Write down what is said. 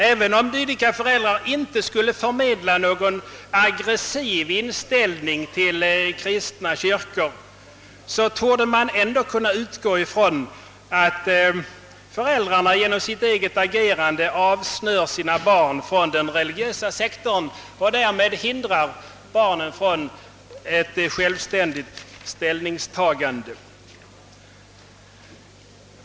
Även om dylika föräldrar inte skulle förmedla någon aggressiv inställning till den kristna kyrkan torde man kunna utgå från att de genom sitt eget uppträdande avsnör sina barn från den religiösa sektorn och därmed hindrar dem från ett självständigt ställningstagande.